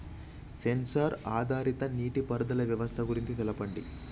Censor ఆధారిత నీటిపారుదల వ్యవస్థ గురించి తెల్పండి?